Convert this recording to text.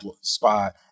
spot